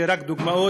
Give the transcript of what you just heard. אלה רק דוגמאות,